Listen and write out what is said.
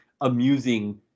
amusing